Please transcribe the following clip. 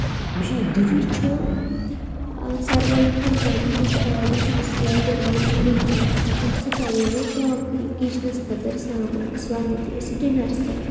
مےٚ چھُ ساروِیو کھۄتہٕ گۄڈنیُٚک آرڈَر یُس مےٚ کوٚرمُت چھُ مِنترٛاہَس پٮ۪ٹھ سُہ کَرے مےٚ کرٛاکرِی کِچنَس خٲطرٕ سامان تَتھ منٛز اوس ڈِنَر سیٹ